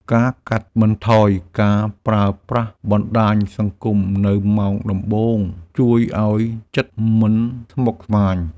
ការកាត់បន្ថយការប្រើប្រាស់បណ្តាញសង្គមនៅម៉ោងដំបូង ជួយឱ្យចិត្តមិនស្មុគស្មាញ។